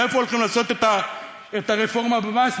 ואיפה הולכים לעשות את הרפורמה במס?